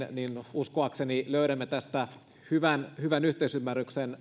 uskoakseni löydämme tästä hyvän hyvän yhteisymmärryksen